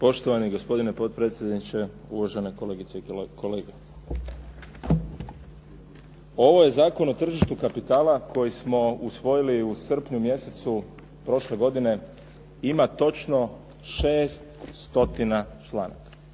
Poštovani gospodine potpredsjedniče. Uvaženi kolegice i kolege. Ovo je Zakon o tržištu kapitala koji smo usvojili u srpnju mjesecu prošle godine ima točno 600 članaka.